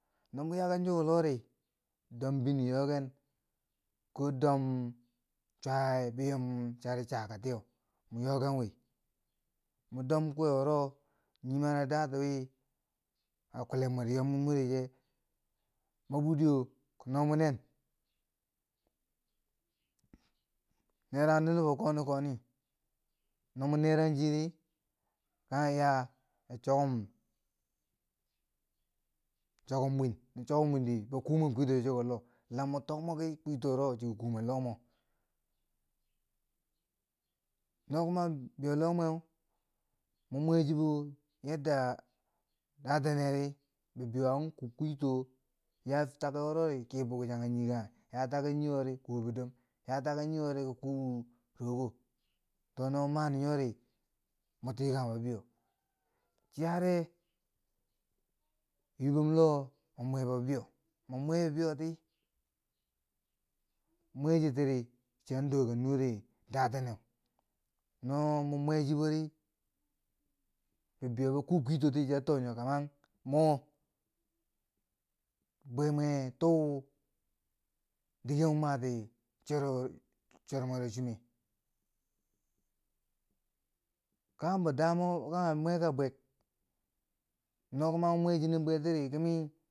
No mo yaaken chiko loh ri, dom bini yooken ko dom cwaye bi yom chari chaka tiye, mo yooken wi, mo dom kwe wuro nii mani daati wi, ka kullen mwero yom mwi moreche, ma budiyo ki no munen, nereang de nubo koni koni no mo nerang chi kanghe yaa ya chokum chokum wing no chokum win di bo ku mun kwito ti chiko loh, la mo tok moki kwiito wuro chiki kuu mwen loh mo. no kuma bibieyo loh mweu mo mwe cjhibo yadda datenneri nibeiyo an kuu kwiito yaa take wuro kii bukchanghe, nii kanghe yaa take niwo ri kuu bidom, yaa take niwo ri kuu rogo to no ma ti nyori, mo tikanbgobibeiyo. chiyare, yiibom loh, mo mwebo bibeiyo, mwa mwe bibeiyo ti, mwechi tiri, chiyan dooken nure daateneu no mo mwe chibori, bibeiyo bo kuu kwiito ti, chiyan too nen, ki ai mo bi bwe mwe tuu, dike mo mati choru chormwero chumeu, kanghumbo damabo ki mweka bwek no kuma mo mwe chinen be ti ki nii.